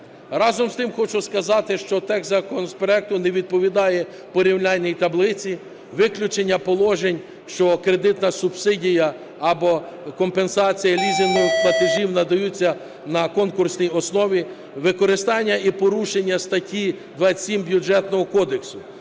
Разом з тим хочу сказати, що текст законопроекту не відповідає порівняльній таблиці. Виключення положень, що кредитна субсидія або компенсація лізингових платежів надаються на конкурсній основі, використання і порушення статті 27 Бюджетного кодексу.